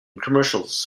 commercials